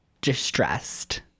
distressed